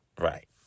Right